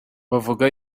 bavuga